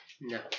No